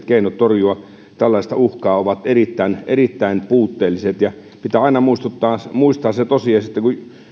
keinot torjua tällaista uhkaa ovat erittäin erittäin puutteelliset pitää aina muistaa se